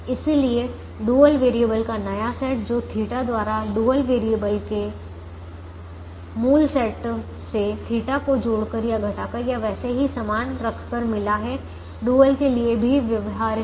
इसलिए dual variable का नया सेट जो थीटा द्वारा डुअल वेरिएबल के मूल सेट से θ को जोड़कर या घटाकर या वैसे ही समान रख कर मिला है डुअल के लिए भी व्यवहार्य है